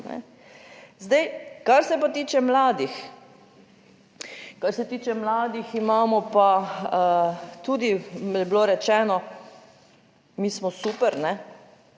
Kar se tiče mladih, imamo pa tudi, je bilo rečeno, mi smo super,